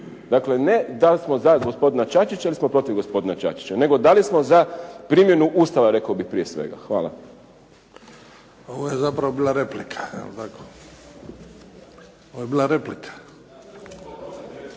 Dakle, ne da li smo za gospodina Čačića ili smo protiv gospodina Čačića, nego da li smo za primjenu ustava, rekao bih prije svega. Hvala. **Bebić, Luka (HDZ)** Ovo je zapravo bila replika,